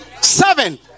Seven